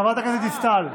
חברת הכנסת דיסטל.